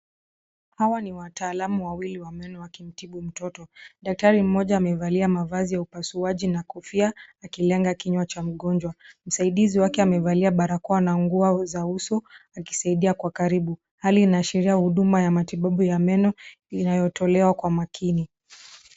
Hawa ni wataalam wawili wa meno wakimtibu mtoto. Daktari mmoja amevalia mavazi ya upasuaji na kofia, akilenga kinywa cha mgonjwa. Msaidizi wake amevalia barakoa na nguo za uso, akisaidia kwa karibu. Hali inaashiria huduma ya matibabu ya meno, inayotolewa kwa makini.